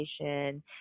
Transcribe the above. education